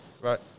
Right